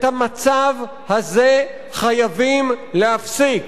את המצב הזה חייבים להפסיק,